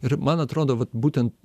ir man atrodo vat būtent